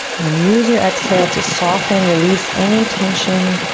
and use your exhale to soften, release any tension,